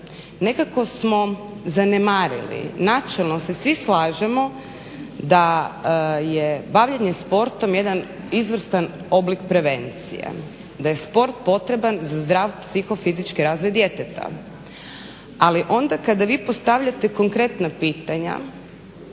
Nekako smo zanemarili, načelno se svi slažemo da je bavljenje sportom jedan izvrstan oblik prevencije, da je sport potreban za zdrav psihofizički razvoj djeteta. Ali onda kada vi postavljate konkretna pitanja